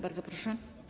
Bardzo proszę.